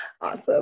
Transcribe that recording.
Awesome